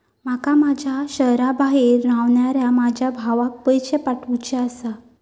माका माझ्या शहराबाहेर रव्हनाऱ्या माझ्या भावाक पैसे पाठवुचे आसा